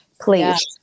please